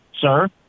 Sir